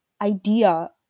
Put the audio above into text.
idea